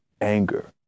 anger